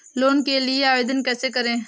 Loan के लिए आवेदन कैसे करें?